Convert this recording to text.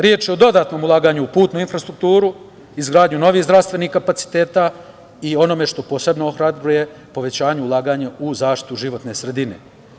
Reč je o dodatnom ulaganju u putnu infrastrukturu, izgradnju novih zdravstvenih kapaciteta i, ono što posebno ohrabruje, povećanju ulaganja u zaštitu životne sredine.